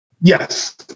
yes